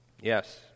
Yes